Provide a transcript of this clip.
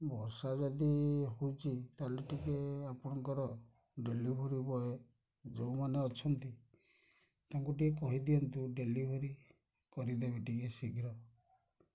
ବର୍ଷା ଯଦି ହେଉଛି ତାହେଲେ ଟିକେ ଆପଣଙ୍କର ଡେଲିଭରି ବଏ୍ ଯେଉଁମାନେ ଅଛନ୍ତି ତାଙ୍କୁ ଟିକେ କହିଦିଅନ୍ତୁ ଡେଲିଭରି କରିଦେବେ ଟିକେ ଶୀଘ୍ର